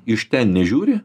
iš ten nežiūri